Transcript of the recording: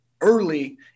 early